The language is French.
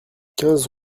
quinze